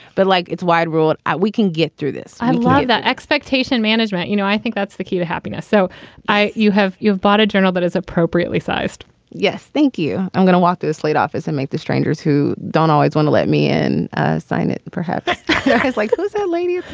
but like it's wide ruled out. we can get through this i'm like that expectation management. you know, i think that's the key to happiness. so you have you've bought a journal that is appropriately sized yes. thank you. i'm going to walk this late office and make the strangers who don't always want to let me in sign it perhaps it's like, who's that lady?